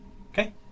Okay